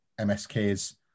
MSK's